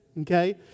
Okay